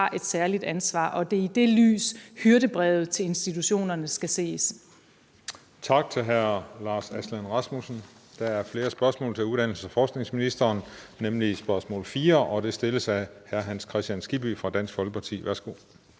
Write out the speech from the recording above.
har et særligt ansvar. Det er i det lys, hyrdebrevet til institutionerne skal ses.